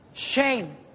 Shame